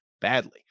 badly